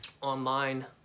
online